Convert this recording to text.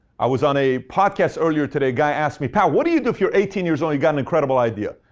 i was on a podcast earlier today. a guy asked me, pat, what do you do if you're eighteen years old and you got an incredible idea?